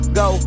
go